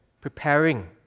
preparing